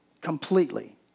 Completely